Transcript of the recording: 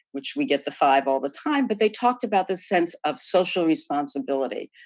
which we get the five all the time, but they talked about this sense of social responsibility.